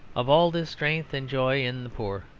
of all this strength and joy in the poor,